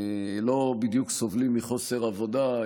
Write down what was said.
לא בדיוק סובלים מחוסר עבודה.